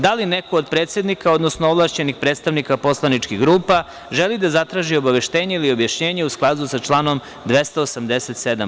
Da li neko od predsednika, odnosno ovlašćenih predstavnika poslaničkih grupa želi da zatraži obaveštenje ili objašnjenje u skladu sa članom 287.